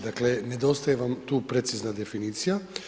Dakle, nedostaje vam tu precizna definicija.